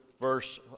verse